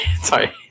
sorry